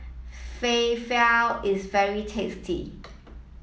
Falafel is very tasty